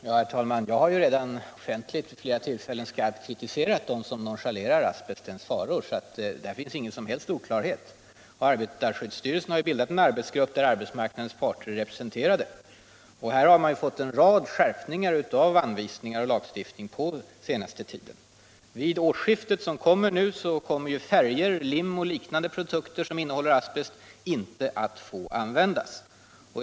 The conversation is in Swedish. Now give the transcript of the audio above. Herr talman! Jag har redan offentligt vid flera tillfällen skarpt kritiserat dem som nonchalerat asbestens faror. På den punkten finns alltså ingen som helst oklarhet. Arbetarskyddsstyrelsen har också bildat en arbetsgrupp, där arbetsmarknadens parter är representerade. Man har vidare under den senaste tiden genomfört en rad skärpningar av anvisningarna. Efter årsskiftet kommer inte färger, lim och liknande produkter, som innehåller asbest, att få användas.